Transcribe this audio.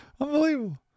Unbelievable